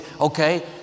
okay